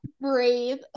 breathe